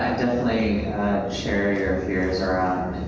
definitely share your fears around,